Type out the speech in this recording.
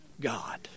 God